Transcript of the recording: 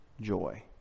joy